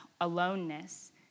aloneness